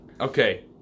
Okay